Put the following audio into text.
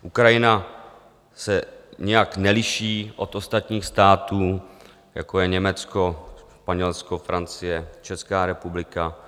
Ukrajina se nijak neliší od ostatních států, jako je Německo, Španělsko, Francie, Česká republika.